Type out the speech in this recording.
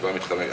התשובה מתחמקת.